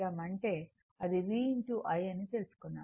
అని తెలుసుకున్నాము